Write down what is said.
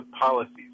policies